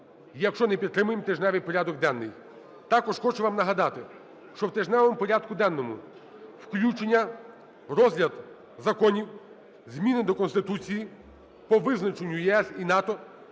якщо не підтримаємо тижневий порядок денний. Також хочу вам нагадати, що в тижневому порядку денному включення в розгляд законів змін до Конституції по визначенню ЄС і НАТО